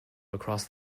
across